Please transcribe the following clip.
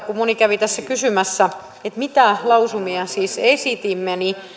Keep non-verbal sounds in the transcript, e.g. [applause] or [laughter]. [unintelligible] kun moni kävi tässä kysymässä mitä lausumia siis esitimme niin